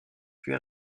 puis